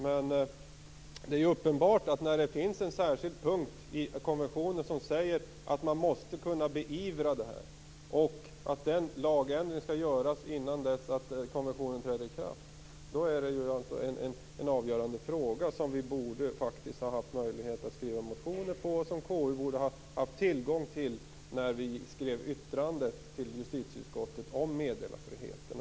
Men det är uppenbart att när det finns en särskild punkt i konventionen som säger att man måste kunna beivra den som bryter mot bestämmelserna och att denna lagändring skall genomföras innan konventionen träder i kraft, då är detta en avgörande fråga som vi borde ha haft möjligheter att skriva motioner till och som KU borde ha haft tillgång till när vi skrev vårt yttrande till justitieutskottet om meddelarfriheten.